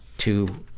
to